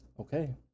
Okay